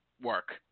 work